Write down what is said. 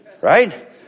right